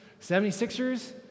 76ers